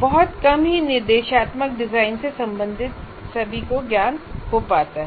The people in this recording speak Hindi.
बहुत कम ही निर्देशात्मक डिजाइन से संबंधित सभी ज्ञान होता हैं